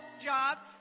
job